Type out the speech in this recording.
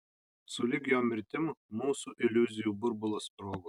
sulig jo mirtim mūsų iliuzijų burbulas sprogo